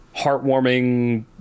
heartwarming